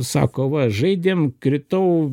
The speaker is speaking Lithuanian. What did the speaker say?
sako va žaidėm kritau